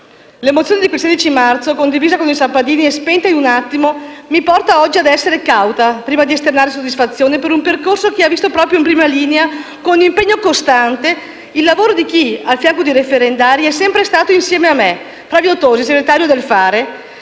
L'emozione di quel 16 marzo, condivisa con i sappadini e spenta in un attimo, mi porta oggi ad essere cauta prima di esternare soddisfazione per un percorso che ha visto proprio in prima linea, con impegno costante, il lavoro di chi, al fianco dei referendari è sempre stato insieme a me, Flavio Tosi, segretario del Fare!,